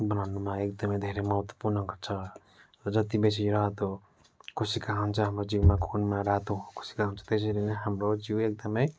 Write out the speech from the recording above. बनाउनुमा एकदमै धेरै महत्त्वपूर्ण गर्छ जतिबेसी रातो कोषिका हुन्छ हाम्रो जिनमा खुनमा रातो कोषिका हुन्छ त्यसरी नै हाम्रो जिउ एकदमै